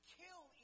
kill